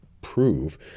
prove